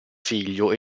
figlio